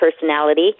personality